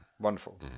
wonderful